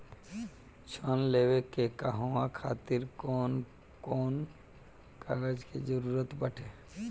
ऋण लेने के कहवा खातिर कौन कोन कागज के जररूत बाटे?